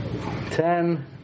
Ten